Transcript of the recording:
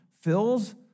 fills